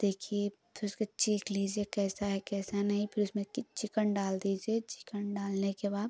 देखिए फिर उसको चीख लीजिए कैसा है कैसा नहीं फिर उसमें चिकन डाल दीजिए चिकन डालने के बाद